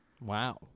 Wow